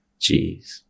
Jeez